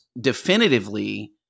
definitively